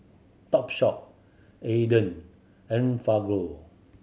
Topshop Aden Enfagrow